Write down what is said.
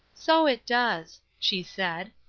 so it does, she said.